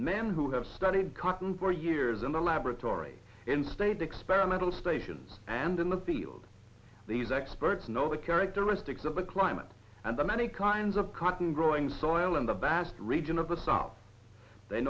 men who have studied cotton for years in the laboratory in state experimental stations and in the field these experts know the characteristics of the climate and the many kinds of cotton growing soil in the basque region of the south they